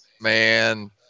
man –